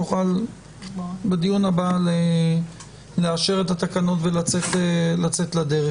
שנוכל בדיון הבא לאשר את התקנות ולצאת לדרך.